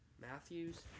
Matthews